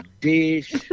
dish